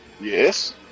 Yes